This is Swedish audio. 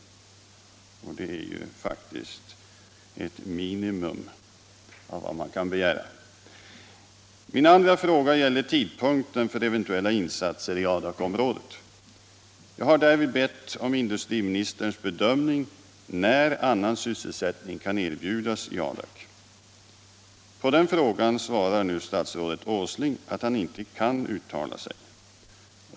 Det är ju faktiskt ett minimum av vad man kan begära. Min andra fråga gäller tidpunkten för eventuella insatser i Adakområdet. Jag har därvid bett om industriministerns bedömning när annan sysselsättning kan erbjudas i Adak. På den frågan svarar nu statsrådet Åsling att han inte kan uttala sig.